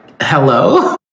hello